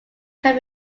can